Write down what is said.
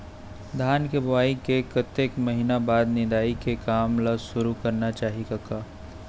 धान बोवई के कतेक महिना बाद निंदाई के काम ल सुरू करना चाही कका?